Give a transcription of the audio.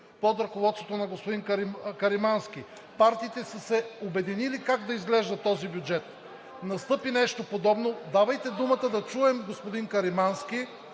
под ръководството на господин Каримански, партиите са се обединили как да изглежда този бюджет, настъпва нещо подобно. Давайте думата да чуем господин Каримански,